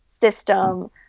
system